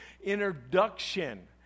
introduction